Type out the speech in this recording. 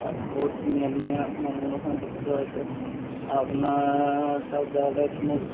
তাত বহুত ধুনীয়া ধুনীয়া মনোমোহা দৃশ্য আছে আৰু আপোনাৰ তাত যাবলৈ কোনো